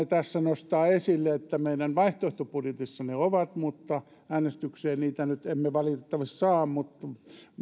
tässä nostaa esille että meidän vaihtoehtobudjetissamme ne ovat äänestykseen niitä nyt emme valitettavasti saa